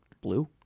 blue